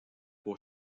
pour